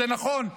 זה נכון.